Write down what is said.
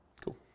Cool